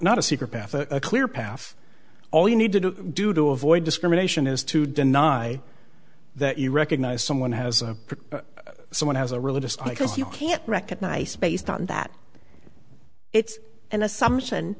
not a secret path a clear path all you need to do to avoid discrimination is to deny that you recognize someone has a prick but someone has a religious icons you can't recognise based on that it's an assumption